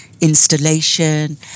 Installation